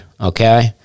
okay